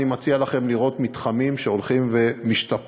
אני מציע לכם לראות מתחמים שהולכים ומשתפרים,